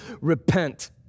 repent